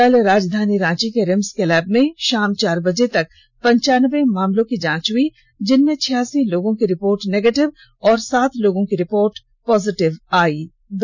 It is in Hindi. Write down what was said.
कल राजधानी रांची के रिम्स के लैब में शाम चार बजे तक पंचानबे मामलों की जांच हुई जिनमें छियासी लोगों की रिपोर्ट निगेटिव और सात लोगों की रिपोर्ट पॉजिटिव पायी गई